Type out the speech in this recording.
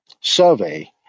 survey